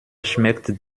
schmeckt